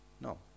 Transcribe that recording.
No